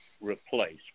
replace